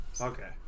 Okay